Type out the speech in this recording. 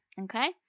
okay